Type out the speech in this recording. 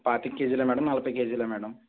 పాతిక్ కేజీలా మ్యాడమ్ నలభై కేజీలా మ్యాడమ్